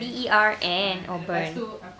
B E R N oh bern